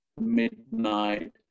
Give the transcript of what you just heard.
midnight